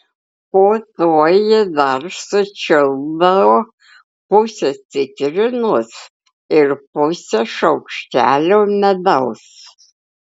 po to ji dar sučiulpdavo pusę citrinos ir pusę šaukštelio medaus